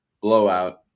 blowout